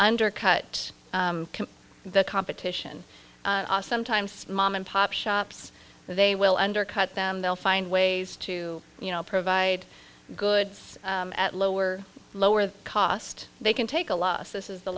undercut the competition sometimes mom and pop shops they will undercut them they'll find ways to you know provide goods at lower lower cost they can take a loss this is the